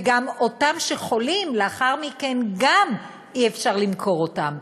וגם אלה שחולים, לאחר מכן גם, אי-אפשר למכור אותם.